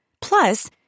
Plus